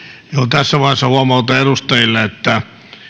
tässä vaiheessa huomautan edustajille että